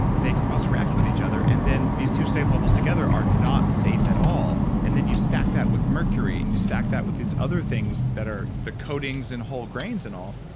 they cross react with each other, and then, these two safe levels together are not safe at all. then, you stack that with mercury, and you stack that with these other things that are. the codings and whole grains and all,